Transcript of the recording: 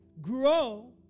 grow